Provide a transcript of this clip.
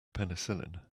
penicillin